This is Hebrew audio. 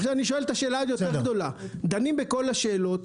עכשיו אני שואל את השאלה היותר גדולה: דנים בכל השאלות,